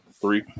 three